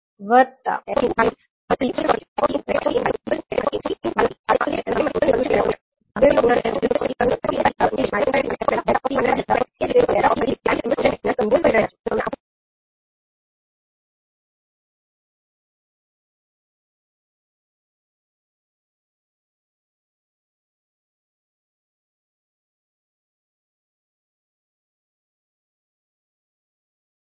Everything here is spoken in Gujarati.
એ જ રીતે જો તમે 𝑡 − 𝑡0 જે ટાઇમ શિફ્ટ ઇમ્પલ્સ ફંક્શન છે તેનાથી કન્વોલ્વ કરી રહ્યાં છો તો તમને આઉટપુટ આ પ્રમાણે મળશે 𝑓𝑡 − 𝑡0